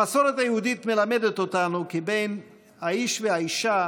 המסורת היהודית מלמדת אותנו כי בין האיש לאישה